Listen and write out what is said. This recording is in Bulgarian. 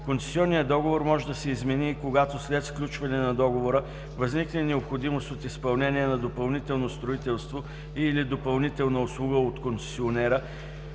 Концесионният договор може да се измени и когато след сключване на договора възникне необходимост от изпълнение на допълнително строителство и/или допълнителна услуга от концесионера,